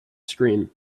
screen